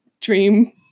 Dream